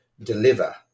deliver